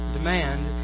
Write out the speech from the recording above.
demand